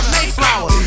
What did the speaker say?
Mayflower